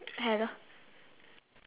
hello